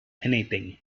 anything